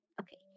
Okay